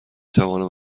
توانم